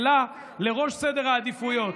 מה הוא העלה לראש סדר העדיפויות,